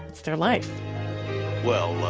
it's their life well,